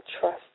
trust